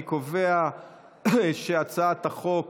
אני קובע שהצעת החוק